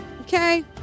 Okay